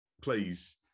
please